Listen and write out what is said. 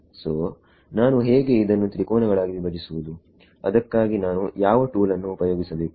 so ನಾನು ಹೇಗೆ ಇದನ್ನು ತ್ರಿಕೋನಗಳಾಗಿ ವಿಭಜಿಸುವುದು ಅದಕ್ಕಾಗಿ ನಾನು ಯಾವ ಟೂಲ್ ನ್ನು ಉಪಯೋಗಿಸಬೇಕು